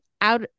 out